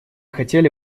хотели